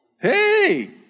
Hey